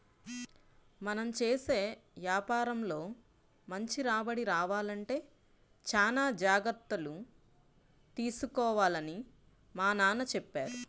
మనం చేసే యాపారంలో మంచి రాబడి రావాలంటే చానా జాగర్తలు తీసుకోవాలని మా నాన్న చెప్పారు